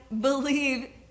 believe